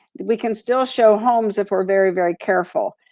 we can still show homes if we're very, very careful.